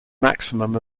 maximum